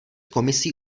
komisí